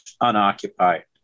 unoccupied